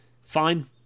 fine